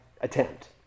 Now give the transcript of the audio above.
attempt